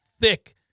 thick